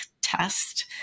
test